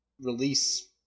release